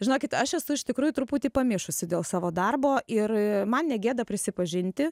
žinokit aš esu iš tikrųjų truputį pamišusi dėl savo darbo ir man negėda prisipažinti